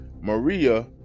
maria